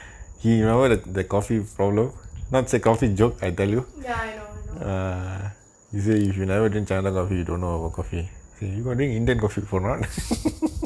ya I know I know